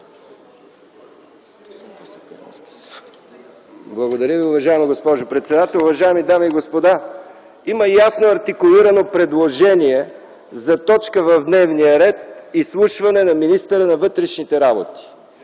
Благодаря, уважаема госпожо председател. Уважаеми дами и господа, има ясно артикулирано предложение за точка в дневния ред – изслушване на министъра на вътрешните работи.